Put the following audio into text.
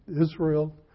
Israel